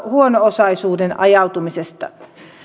huono osaisuuteen ajautumisesta